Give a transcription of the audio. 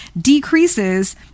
Decreases